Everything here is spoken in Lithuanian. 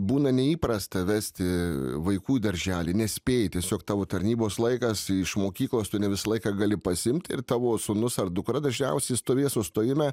būna neįprasta vesti vaikų darželį nespėji tiesiog tavo tarnybos laikas iš mokyklos tu ne visą laiką gali pasiimti ir tavo sūnus ar dukra dažniausiai stovės sustojime